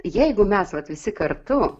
jeigu mes vat visi kartu